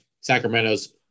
Sacramento's